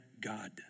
God